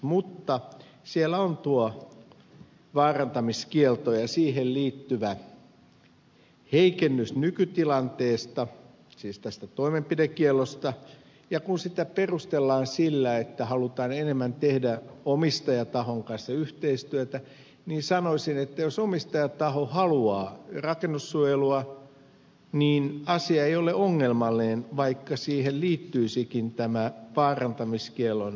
mutta siellä on tuo vaarantamiskielto ja siihen liittyvä heikennys nykytilanteesta siis tästä toimenpidekiellosta ja kun sitä perustellaan sillä että halutaan enemmän tehdä omistajatahon kanssa yhteistyötä niin sanoisin että jos omistajataho haluaa rakennussuojelua niin asia ei ole ongelmallinen vaikka siihen liittyisikin tämä vaarantamiskiellon ehdottomuus